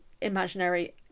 imaginary